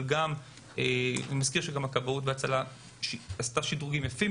אבל אני מזכיר שכבאות והצלה עשתה שדרוגים יפים